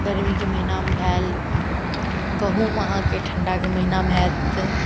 गरमीके महिनामे भेल गहूम अहाँके ठण्डाके महिनामे हैत